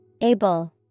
Able